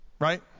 Right